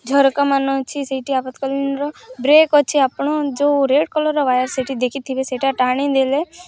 ଝରକାମାନ ଅଛି ସେଇଠି ଆପାତ୍କାଳୀନର ବ୍ରେକ୍ ଅଛି ଆପଣ ଯେଉଁ ରେଡ଼୍ କଲର୍ ୱାୟାର୍ ସେଠି ଦେଖିଥିବେ ସେଇଟା ଟାଣିଦେଲେ